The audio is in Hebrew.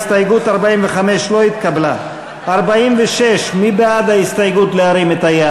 ההסתייגות של קבוצת סיעת יהדות התורה לסעיף 14 לא נתקבלה.